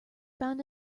bound